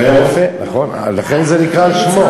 הוא היה רופא, נכון, לכן זה נקרא על שמו.